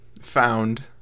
found